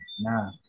nah